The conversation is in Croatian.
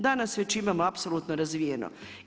Danas već imamo apsolutno razvijeno.